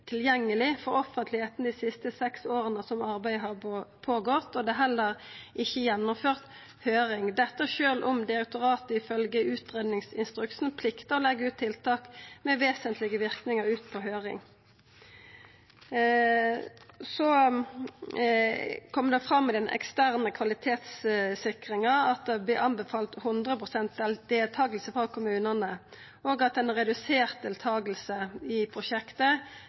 for offentlegheita dei seks åra som arbeidet har gått føre seg. Det er heller ikkje gjennomført høyring – dette sjølv om direktoratet ifølgje utgreiingsinstruksen pliktar å senda tiltak med vesentlege verknader ut på høyring. Så kom det fram i den eksterne kvalitetssikringa at det vert anbefalt 100 pst. deltaking frå kommunane, og at ei redusert deltaking i prosjektet